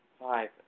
Five